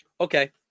Okay